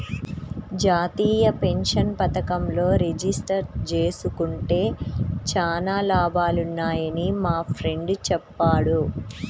జాతీయ పెన్షన్ పథకంలో రిజిస్టర్ జేసుకుంటే చానా లాభాలున్నయ్యని మా ఫ్రెండు చెప్పాడు